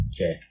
Okay